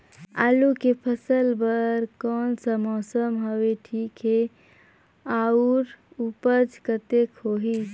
आलू के फसल बर कोन सा मौसम हवे ठीक हे अउर ऊपज कतेक होही?